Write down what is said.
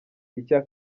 icya